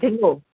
ठिंगो